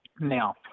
Now